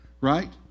right